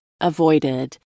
avoided